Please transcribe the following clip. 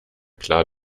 klar